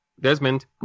Desmond